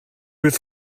roof